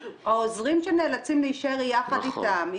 העוזרים שנאלצים להישאר יחד איתם,